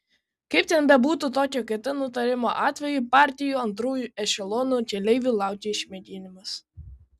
kaip ten bebūtų tokio kt nutarimo atveju partijų antrųjų ešelonų keleivių laukia išmėginimas